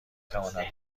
تواند